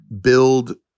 build